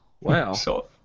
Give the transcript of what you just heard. Wow